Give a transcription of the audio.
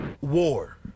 war